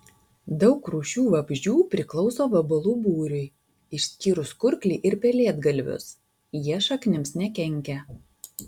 daug rūšių vabzdžių priklauso vabalų būriui išskyrus kurklį ir pelėdgalvius jie šaknims nekenkia